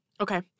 Okay